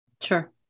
Sure